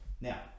Now